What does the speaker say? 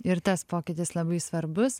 ir tas pokytis labai svarbus